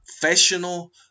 professional